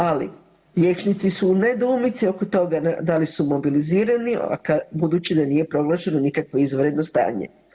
Ali liječnici su u nedoumici oko toga da li su mobilizirani, budući da nije proglašeno nikakvo izvanredno stanje.